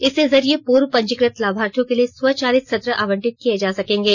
इसके जरिये पूर्व पंजीकृत लाभार्थियों के लिए स्वचालित सत्र आवंटित किये जा सकेंगे